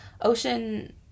Ocean